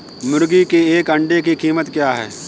मुर्गी के एक अंडे की कीमत क्या है?